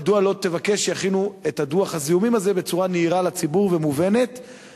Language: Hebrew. מדוע לא תבקש שיכינו את דוח הזיהומים הזה בצורה נהירה ומובנת לציבור?